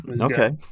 Okay